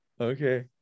okay